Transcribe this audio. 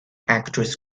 actress